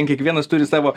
kiekvienas turi savo